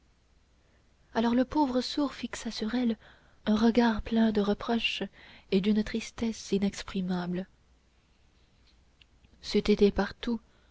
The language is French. alors le pauvre sourd fixa sur elle un regard plein de reproche et d'une tristesse inexprimable c'eût été partout